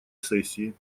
сессии